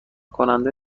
کننده